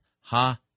ha